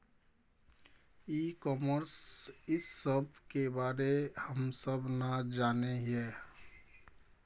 ई commerce इस सब के बारे हम सब ना जाने हीये?